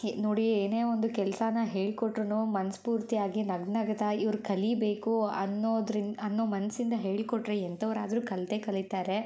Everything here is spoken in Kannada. ನೋಡಿ ಏನೇ ಒಂದು ಕೆಲಸಾನ ಹೇಳ್ಕೊಟ್ರೂ ಮನ್ಸ್ಪೂರ್ತಿಯಾಗಿ ನಗುನಗುತಾ ಇವ್ರು ಕಲೀಬೇಕು ಅನ್ನೋದ್ರಿಂದ ಅನ್ನೋ ಮನಸ್ಸಿಂದ ಹೇಳಿಕೊಟ್ರೆ ಎಂಥವರಾದ್ರೂ ಕಲಿತೇ ಕಲೀತಾರೆ